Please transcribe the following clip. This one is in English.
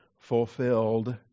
fulfilled